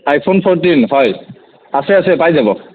iPhone fourteen five হয় আছে আছে পাই যাব